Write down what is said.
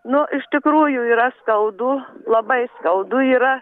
nu iš tikrųjų yra skaudu labai skaudu yra